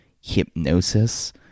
hypnosis